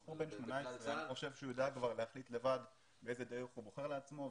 בחור בן 18 חושב שהוא יודע כבר להחליט לבד באיזו דרך הוא בוחר לעצמו,